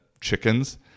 chickens